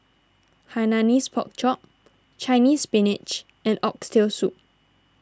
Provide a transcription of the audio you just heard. Hainanese Pork Chop Chinese Spinach and Oxtail Soup